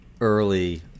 early